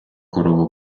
корова